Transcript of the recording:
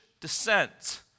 descent